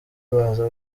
baza